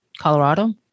colorado